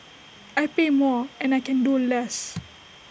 I pay more and I can do less